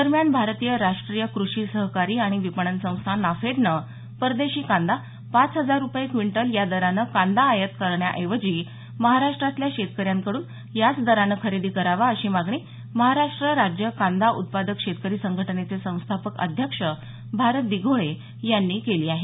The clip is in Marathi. दरम्यान भारतीय राष्ट्रीय कृषी सहकारी आणि विपणन संस्था नाफेडनं परदेशी कांदा पाच हजार रुपये क्विंटल या दरानं कांदा आयात करण्याऐवजी महाराष्ट्रातल्या शेतकऱ्यांकडून याच दराने कांदा खरेदी करावा अशी मागणी महाराष्ट्र राज्य कांदा उत्पादक शेतकरी संघटनेचे संस्थापक अध्यक्ष भारत दिघोळे यांनी केली आहे